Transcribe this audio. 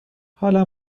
حالم